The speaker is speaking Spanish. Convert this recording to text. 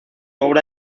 obra